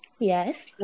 Yes